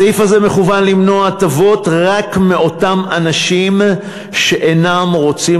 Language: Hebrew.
הסעיף הזה מכוון למנוע הטבות רק מאותם אנשים שאינם רוצים